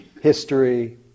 history